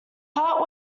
part